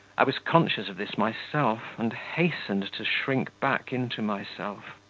i was conscious of this myself, and hastened to shrink back into myself.